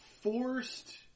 forced